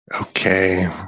Okay